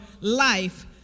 life